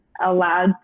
allowed